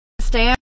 stand